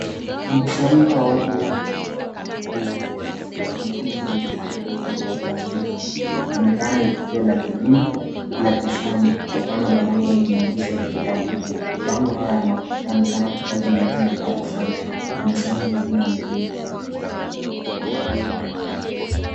Mkusanyiko wa watu wengi wengine wamevalia nguo nyeusi wameketi kwenye viti vya plastiki. Inaonekana ni tukio la kidini la kiislamu kutokana na mabango yenye maandishi ya kiarabu. Mambango haya yanaonekana kutaja majina au usemi na misemo mingine ya midini.